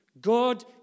God